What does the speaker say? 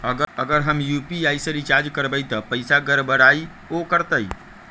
अगर हम यू.पी.आई से रिचार्ज करबै त पैसा गड़बड़ाई वो करतई?